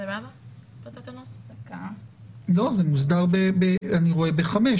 אני רואה ב-5,